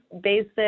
basic